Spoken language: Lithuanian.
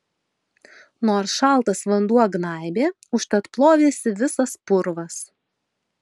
nors šaltas vanduo gnaibė užtat plovėsi visas purvas